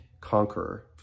conqueror